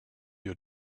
your